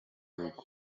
irugu